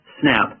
Snap